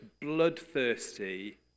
bloodthirsty